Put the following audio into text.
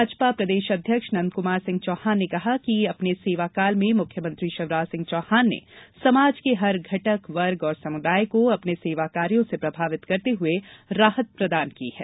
भाजपा प्रदेश अध्यक्ष नंदकुमार सिंह चौहान ने कहा कि अपने सेवा काल में मुख्यमंत्री शिवराजसिंह चौहान ने समाज के हर घटक वर्ग समुदाय को अपने सेवा कार्यों से प्रभावित करते हुए राहत प्रदान की है